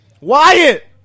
Wyatt